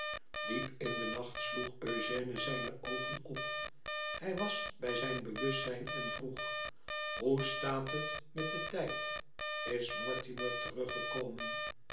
diep in den nacht sloeg eugène zijne oogen op hij was bij zijn be wustzijn en vroeg hoe staat het met den tijd is mortimer teruggekomen